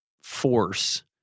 force